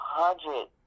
hundred